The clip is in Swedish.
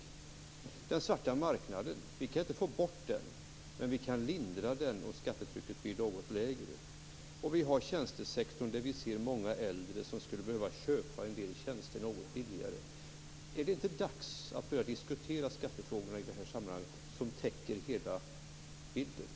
Vi kan inte få bort den svarta marknaden, men vi kan minska den om skattetrycket blir något lägre. Vi har tjänstesektorn, där vi ser många äldre som skulle behöva köpa en del tjänster något billigare. Är det inte dags att börja diskutera skattefrågorna i detta sammanhang, som täcker hela vidden?